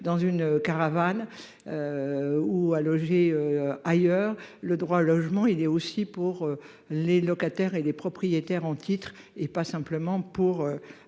dans une caravane. Ou à loger ailleurs. Le droit au logement. Il est aussi pour les locataires et les propriétaires en titre, et pas simplement pour.